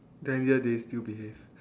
then yet they still behave